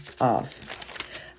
off